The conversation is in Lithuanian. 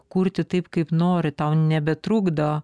kurti taip kaip nori tau nebetrukdo